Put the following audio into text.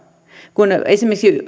kun esimerkiksi